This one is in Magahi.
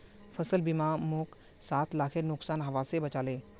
फसल बीमा मोक सात लाखेर नुकसान हबा स बचा ले